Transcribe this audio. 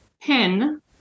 pen